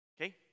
Okay